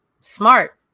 smart